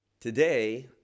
today